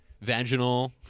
vaginal